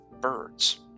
birds